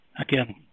Again